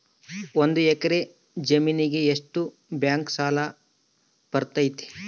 ಒಂದು ಎಕರೆ ಜಮೇನಿಗೆ ಎಷ್ಟು ಬ್ಯಾಂಕ್ ಸಾಲ ಬರ್ತೈತೆ?